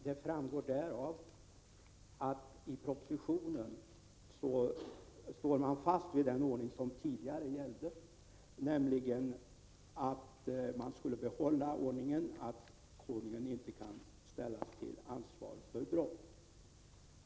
Det framgår därav att man i propositionen stod fast vid den ordning som tidigare gällde, nämligen att konungen inte kan ställas till ansvar för brott.